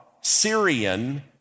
Syrian